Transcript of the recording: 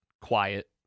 quiet